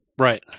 right